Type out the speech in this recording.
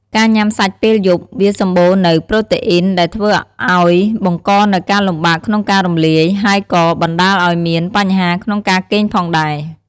ការញុំាសាច់ពេលយប់ វាសម្បូរនូវប្រូតេអ៊ីនដែលធ្វើឲ្យបង្កនូវការលំបាកក្នុងការរំលាយ ហើយក៏បណ្តាលឲ្យមានបញ្ហាក្នុងការគេងផងដែរ។